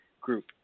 group